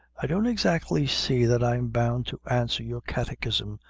i don't exactly see that i'm bound to answer your catechism,